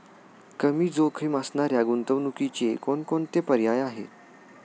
कमी जोखीम असणाऱ्या गुंतवणुकीचे कोणकोणते पर्याय आहे?